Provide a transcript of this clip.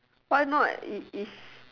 why not is is